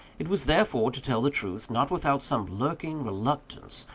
it was, therefore, to tell the truth, not without some lurking reluctance,